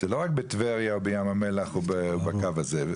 זה לא רק בטבריה או בים המלח או בקו הזה.